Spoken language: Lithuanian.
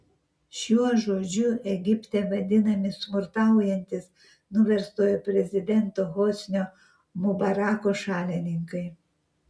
šiuo žodžiu egipte vadinami smurtaujantys nuverstojo prezidento hosnio mubarako šalininkai